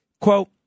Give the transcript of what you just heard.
quote